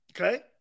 Okay